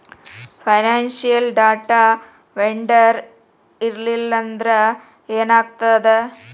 Financial data vendor ಇರ್ಲ್ಲಿಲ್ಲಾಂದ್ರ ಏನಾಗ್ತದ?